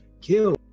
kill